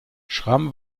schramm